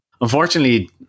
Unfortunately